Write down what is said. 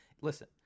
Listen